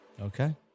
Okay